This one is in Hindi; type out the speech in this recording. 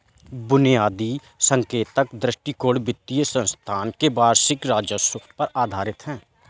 बुनियादी संकेतक दृष्टिकोण वित्तीय संस्थान के वार्षिक राजस्व पर आधारित है